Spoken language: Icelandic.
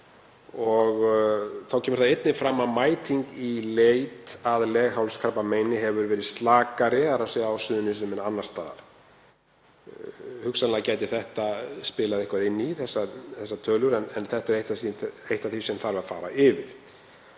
Þá kemur einnig fram að mæting í leit að leghálskrabbameini hefur verið slakari þar en annars staðar. Hugsanlega gæti þetta spilað eitthvað inn í þessar tölur en er eitt af því sem þarf að fara yfir.